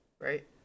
right